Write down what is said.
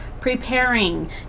preparing